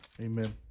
Amen